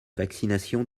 vaccination